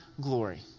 glory